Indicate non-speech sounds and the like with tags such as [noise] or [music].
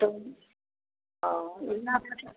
तुम ओ ओहिना [unintelligible]